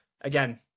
again